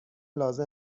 لازم